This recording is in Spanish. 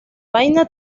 vaina